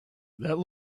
that